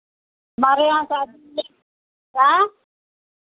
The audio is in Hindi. हमारे यहाँ शादी है क्या